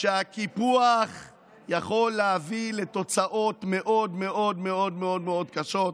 שהקיפוח יכול להביא לתוצאות מאוד מאוד מאוד מאוד מאוד קשות.